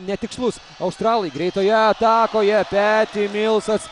netikslus australai greitoje atakoje peti milsas